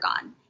gone